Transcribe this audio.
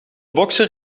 bokser